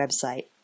website